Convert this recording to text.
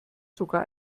sogar